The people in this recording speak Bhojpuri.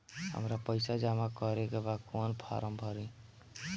हमरा पइसा जमा करेके बा कवन फारम भरी?